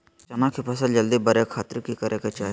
चना की फसल जल्दी बड़े खातिर की करे के चाही?